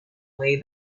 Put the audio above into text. way